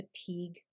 fatigue